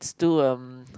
do um